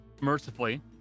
mercifully